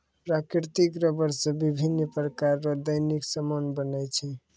प्राकृतिक रबर से बिभिन्य प्रकार रो दैनिक समान बनै छै